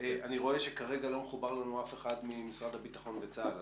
אני רואה שכרגע לא מחובר לנו אף אחד ממשרד הביטחון וצה"ל.